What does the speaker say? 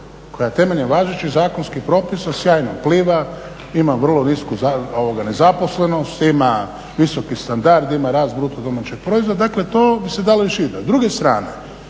koja temeljem važećih zakonskih propisa sjajno pliva, ima vrlo nisku nezaposlenost, ima visoki standard, ima rast BDP-a. Dakle, to bi se dalo iščitati.